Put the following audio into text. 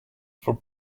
for